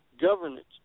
governance